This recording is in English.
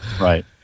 Right